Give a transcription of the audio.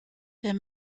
their